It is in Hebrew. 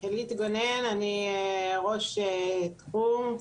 אבל יש שם שלוש תוכניות מרכזיות,